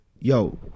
yo